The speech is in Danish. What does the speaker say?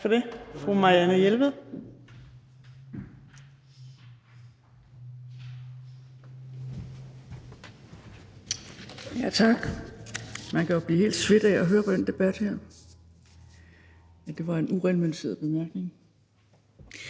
(Ordfører) Marianne Jelved (RV): Tak. Man kan jo blive helt svedt af at høre på den debat her. Det var en ureglementeret bemærkning.